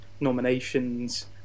nominations